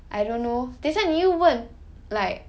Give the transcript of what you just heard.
but then sometimes also like